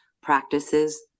practices